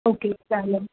okay चालेल